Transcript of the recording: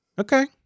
Okay